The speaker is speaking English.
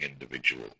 individual